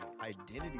identity